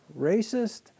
racist